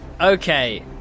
Okay